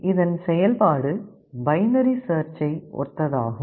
இதன் செயல்பாடு பைனரி சேர்ச்சை ஒத்ததாகும்